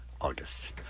August